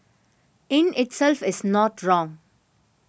in itself is not wrong